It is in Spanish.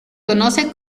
conoce